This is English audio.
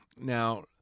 Now